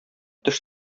төш